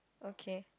okay